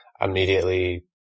immediately